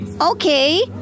Okay